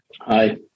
Hi